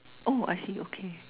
oh I see okay